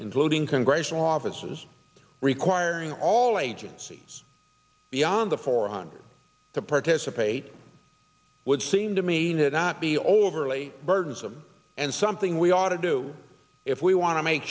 including congressional offices requiring all agencies beyond the four hundred to participate would seem to me that not be overly burdensome and something we ought to do if we want to make